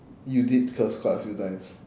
you did curse quite a few times